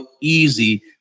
easy